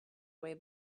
way